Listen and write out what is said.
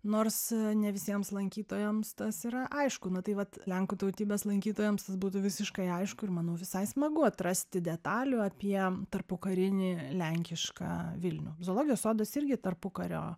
nors ne visiems lankytojams tas yra aišku na tai vat lenkų tautybės lankytojams jis būtų visiškai aišku ir manau visai smagu atrasti detalių apie tarpukarinį lenkišką vilnių zoologijos sodas irgi tarpukario